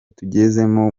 tugezemo